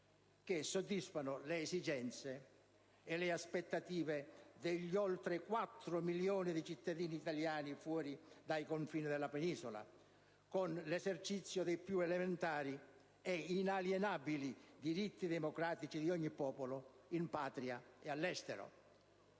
che soddisfano le esigenze e le aspettative degli oltre quattro milioni di cittadini italiani residenti al di fuori dei confini della penisola, con l'esercizio dei più elementari ed inalienabili diritti democratici di ogni popolo, in Patria e all'estero.